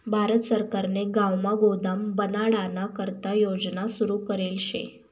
भारत सरकारने गावमा गोदाम बनाडाना करता योजना सुरू करेल शे